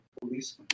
police